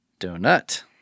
Donut